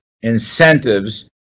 incentives